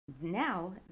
now